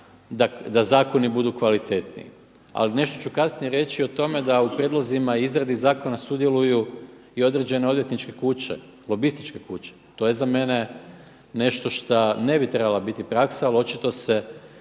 da zakoni budu kvalitetniji. Ali nešto ću kasnije reći o tome da u prijedlozima i izradi zakona sudjeluju i određene odvjetničke kuće, lobističke kuće, to je za mene nešto šta ne bi trebala biti praksa ali očito se